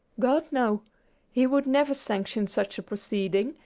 god! no he would never sanction such a proceeding,